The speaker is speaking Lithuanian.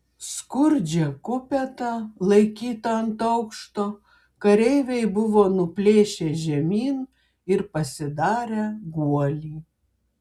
skurdžią kupetą laikytą ant aukšto kareiviai buvo nuplėšę žemyn ir pasidarę guolį